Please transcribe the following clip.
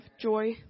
joy